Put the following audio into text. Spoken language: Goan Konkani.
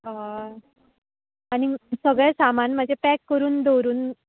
हय आनी सगळे सामान म्हजे पॅक करून दवरून